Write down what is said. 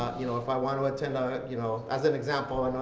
you know if i want to attend, ah you know as an example.